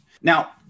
Now